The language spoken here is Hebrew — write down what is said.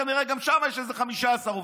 כנראה גם שם יש איזה 15 עובדים.